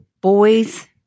boys